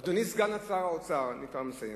אדוני סגן שר האוצר, אני כבר מסיים,